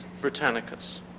Britannicus